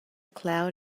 cloud